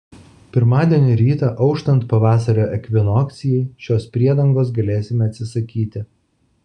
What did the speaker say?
pirmadienio rytą auštant pavasario ekvinokcijai šios priedangos galėsime atsisakyti